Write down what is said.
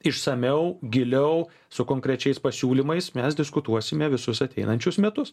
išsamiau giliau su konkrečiais pasiūlymais mes diskutuosime visus ateinančius metus